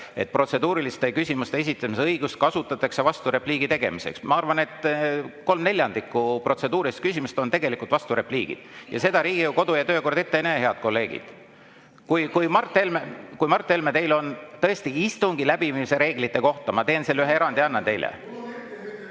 et protseduuriliste küsimuste esitamise õigust kasutatakse vasturepliigi tegemiseks. Ma arvan, et kolm neljandikku protseduurilistest küsimustest on tegelikult vasturepliigid. Ja seda Riigikogu kodu‑ ja töökord ette ei näe, head kolleegid. Kui, Mart Helme, teil on tõesti [küsimus] istungi läbiviimise reeglite kohta, siis ma teen selle ühe erandi ja annan teile